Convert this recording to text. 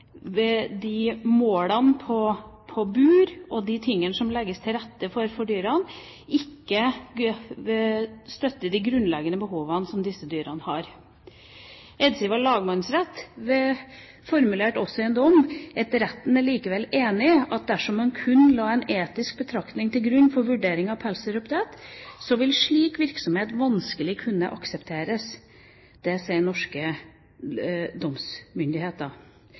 tingene som legges til rette for dyrene, ikke støtter de grunnleggende behovene som disse dyrene har. Eidsivating lagmannsrett formulerte også i en dom: «Retten er likevel enig i at dersom en kun la en etisk betraktning til grunn for vurderingen av pelsdyroppdrett, så ville slik virksomhet vanskelig kunne aksepteres.» Det sier norske domsmyndigheter.